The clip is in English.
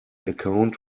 account